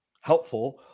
helpful